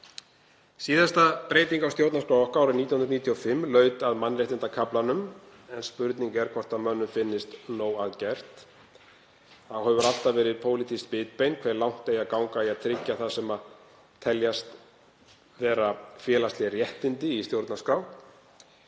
Síðasta breyting á stjórnarskrá okkar árið 1995 laut að mannréttindakaflanum en spurning er hvort mönnum finnist nóg að gert. Þá hefur alltaf verið pólitískt bitbein hve langt eigi að ganga í að tryggja það sem teljast félagsleg réttindi í stjórnarskrá.